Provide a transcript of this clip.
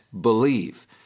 believe